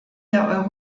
der